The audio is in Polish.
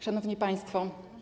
Szanowni Państwo!